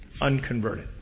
unconverted